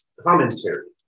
commentary